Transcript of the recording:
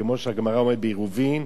כמו שהגמרא אומרת בעירובין: